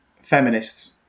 feminists